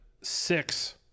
six